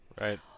Right